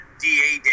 DA